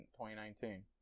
2019